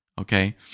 Okay